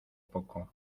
poco